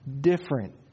different